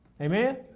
Amen